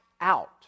out